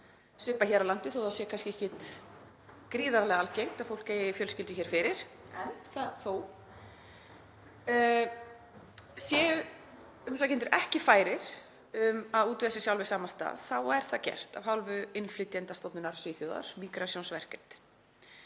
svipað hér á landi þó að það sé kannski ekkert gríðarlega algengt að fólk eigi fjölskyldu hér fyrir, en þó. Séu umsækjendur ekki færir um að útvega sér sjálfir samastað er það gert af hálfu innflytjendastofnunar Svíþjóðar, Migrationsverket.